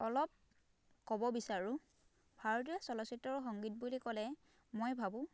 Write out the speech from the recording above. অলপ ক'ব বিচাৰোঁ ভাৰতীয় চলচিত্ৰ আৰু সংগীত বুলি ক'লে মই ভাবোঁ